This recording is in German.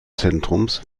zentrums